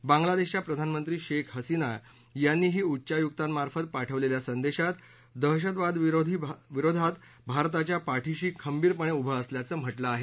बांगलादेशच्या प्रधानमंत्री शेख हसीना यांनीही उच्चायुकांमार्फत पाठवलेल्या संदेशात दहशतवादाविरोधात भारताच्या पाठीशी खंबीरपणे उभं असल्याचं म्हटलं आहे